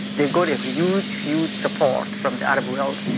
they got a huge, huge support from the arab world,